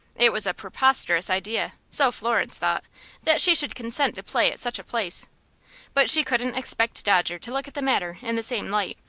it was a preposterous idea so florence thought that she should consent to play at such a place but she couldn't expect dodger to look at the matter in the same light,